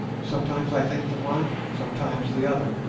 sometimes i think the one, sometimes the other.